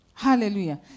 Hallelujah